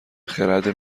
خرد